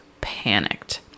panicked